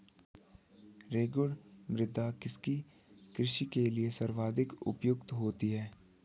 रेगुड़ मृदा किसकी कृषि के लिए सर्वाधिक उपयुक्त होती है?